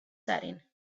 setting